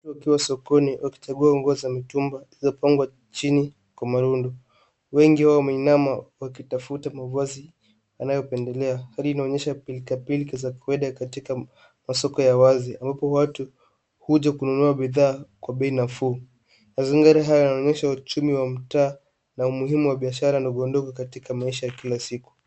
Watu wakiwa sokoni, wakichagua nguo za mitumba, ilizo pangwa chini kwa marundu. Wengi wao wameinama wakitafuta mavazi yanayopendelea. Hali inaonyesha pilka pilka za kuenda katika masoko ya wazi ambapo watu huja kununua bidhaa kwa bei nafuu. Mazingira haya yanaonyesha uchumi wa mtaa na umuhimu wa biashara ndogo ndogo katika maisha ya kila siku.